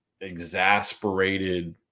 exasperated